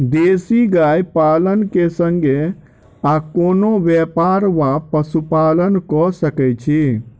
देसी गाय पालन केँ संगे आ कोनों व्यापार वा पशुपालन कऽ सकैत छी?